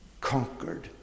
conquered